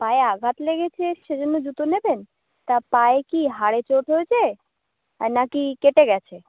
পায়ে আঘাত লেগেছে সেজন্য জুতো নেবেন তা পায়ে কি হাড়ে চোট হয়েছে নাকি কেটে গেছে